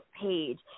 page